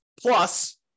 Plus